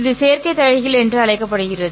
இது சேர்க்கை தலைகீழ் என்று அழைக்கப்படுகிறது